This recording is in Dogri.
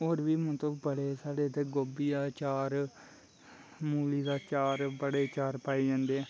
होर बी मतलब बड़े साढ़े इत्थै गोभियै दा चा'र मूली दा चा'र बड़े चा'र पाए जंदे न